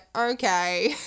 okay